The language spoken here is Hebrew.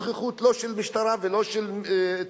אין כמעט נוכחות לא של משטרה ולא של צבא,